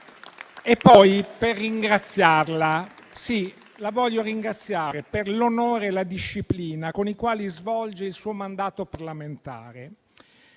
poi ringraziarla. Sì, la voglio ringraziare per l'onore e la disciplina con i quali svolge il suo mandato parlamentare.